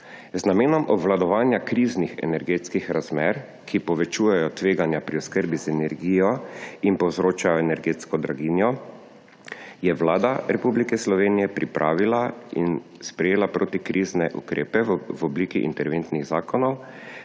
Z namenom obvladovanja kriznih energetskih razmer, ki povečujejo tveganja pri oskrbi z energijo in povzročajo energetsko draginjo, je Vlada Republike Slovenije pripravila in sprejela protikrizne ukrepe v obliki interventnih zakonov,